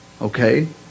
okay